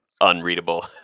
unreadable